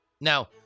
Now